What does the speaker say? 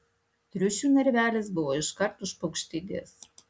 triušių narvelis buvo iškart už paukštides